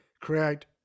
create